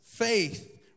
faith